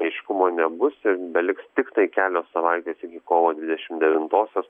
aiškumo nebus ir beliks tiktai kelios savaitės iki kovo dvidešim devintosios